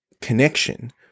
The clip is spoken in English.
connection